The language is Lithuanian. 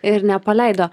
ir nepaleido